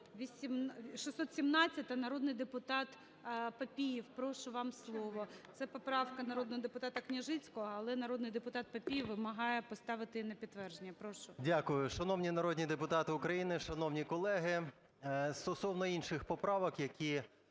617, народний депутат Папієв. Прошу вам слово. Це поправка народного депутата Княжицького, але народний депутат Папієв вимагає поставити її на підтвердження. Прошу. 16:31:22 ПАПІЄВ М.М. Дякую. Шановні народні депутати України, шановні колеги, стосовно інших поправок, які